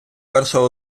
перша